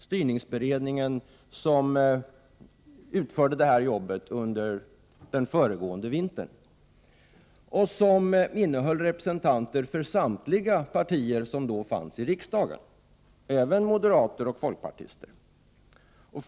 Styrningsberedningen, som utförde det här jobbet under föregående vinter, innehöll representanter för samtliga partier som då var företrädda i riksdagen, även moderater och folkpartister.